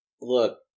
look